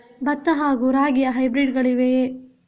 ಭತ್ತ ಹಾಗೂ ರಾಗಿಯ ಹೈಬ್ರಿಡ್ ಗಳಿವೆಯೇ?